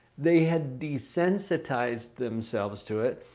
they had desensitized themselves to it.